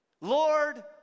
Lord